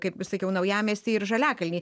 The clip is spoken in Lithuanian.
kaip sakiau naujamiestį ir žaliakalnį